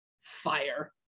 Fire